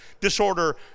disorder